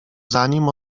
zanim